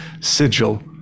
sigil